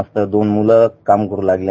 मस्त दोन मुलं काम करू लागली